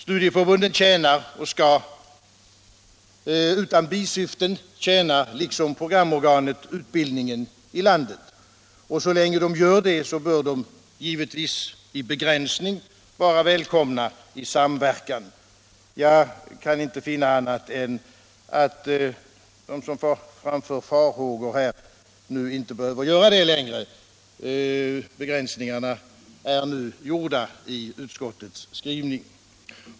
Studieförbunden tjänar och skall liksom programorganet utan bisyften tjäna utbildningen i landet. Så länge de gör det bör de givetvis i begränsning vara välkomna i samverkan. Jag kan inte finna annat än att de som framför farhågor här inte behöver göra det längre. Begränsningarna är nu gjorda i utskottets skrivning.